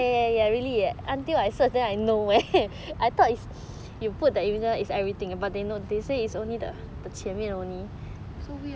got got such thing